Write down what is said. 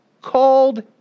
called